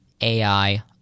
AI